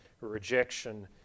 rejection